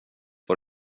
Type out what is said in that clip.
vad